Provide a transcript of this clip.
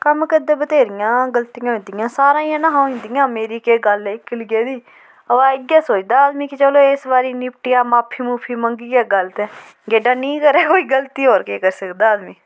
कम्म करदे बथेरियां गलतियां होई जन्दियां सारे जनें शा होई जांदियां मेरी केह् गल्ल इक्कलिये दी अवा इ'यै सोचदा आदमी कि चलो इस बारी निपटी जा माफी मुफी मंगियै गल्ल ते गेड्डा नि करै कोई गलती होर केह् करी सकदा आदमी